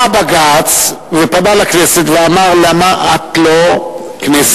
בא הבג"ץ ופנה לכנסת ואמר: כנסת,